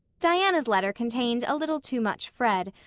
diana's letter contained a little too much fred,